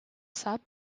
sub